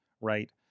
right